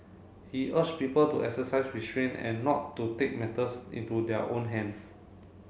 he urged people to exercise restraint and not to take matters into their own hands